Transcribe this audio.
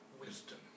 wisdom